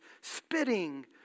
spitting